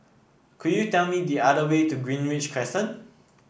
could you tell me the other way to Greenridge Crescent